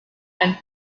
ein